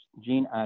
Gene